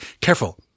careful